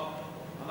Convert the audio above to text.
אוה.